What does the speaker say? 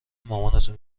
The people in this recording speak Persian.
مامانتو